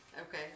okay